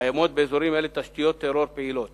קיימות באזורים אלה תשתיות טרור פעילות